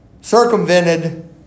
circumvented